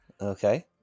Okay